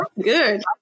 good